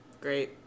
great